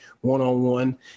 one-on-one